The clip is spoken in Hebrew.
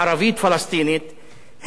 הם האנטי-פלסטינים ביותר.